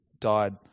died